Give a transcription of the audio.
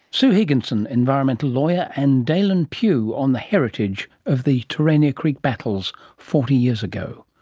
sue higginson, environmental lawyer, and dailan pugh, on the heritage of the terania creek battles forty years ago.